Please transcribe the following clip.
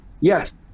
Yes